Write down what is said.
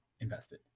invested